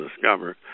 discover